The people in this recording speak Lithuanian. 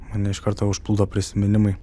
mane iš karto užplūdo prisiminimai